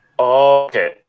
Okay